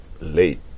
late